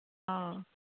ꯑꯥꯎ